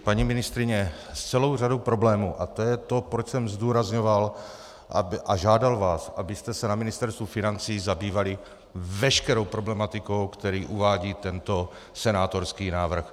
Paní ministryně, s celou řadou problémů a to je to, proč jsem zdůrazňoval a žádal vás, abyste se na Ministerstvu financí zabývali veškerou problematikou, kterou uvádí tento senátorský návrh.